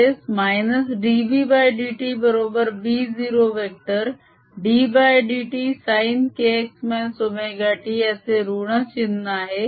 तसेच dBdt बरोबर B0वेक्टर ddt sin kx ωt याचे ऋण चिन्ह आहे